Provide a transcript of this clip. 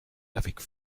avec